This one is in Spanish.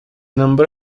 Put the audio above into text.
nombró